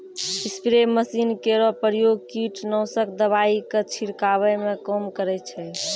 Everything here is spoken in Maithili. स्प्रे मसीन केरो प्रयोग कीटनाशक दवाई क छिड़कावै म काम करै छै